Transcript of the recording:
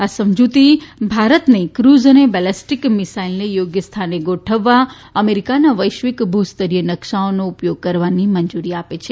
આ સમજૂતી ભારતને ક્રઝ અને બેલેસ્ટીક મિસાઇલને યોગ્ય સ્થાને ગોઠવવા અમેરિકાના વૈશ્વિક ભૂસ્તરીય નકશાઓનો ઉપયોગ કરવાની મંજૂરી આપે છે